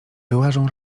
wyłażą